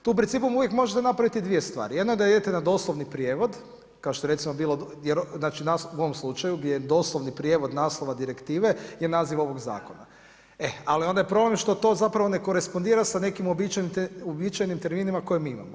Tu u principu uvijek možete napraviti dvije stvari, jedna je da idete na doslovni prijevod kao što je recimo bilo u ovom slučaju gdje je doslovni prijevod naslova direktive je naziv ovog zakona ali onda je problem što to zapravo ne korespondira sa nekim uobičajenim terminima koje mi imamo.